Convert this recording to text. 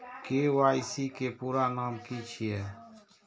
KYC के पूरा नाम की छिय?